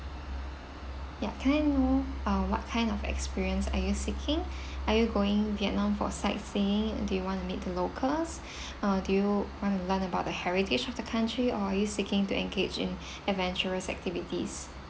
ya can I know uh what kind of experience are you seeking are you going vietnam for sightseeing do you want to meet the locals uh do you want to learn about the heritage of the country or are you seeking to engage in adventurous activities